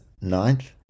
ninth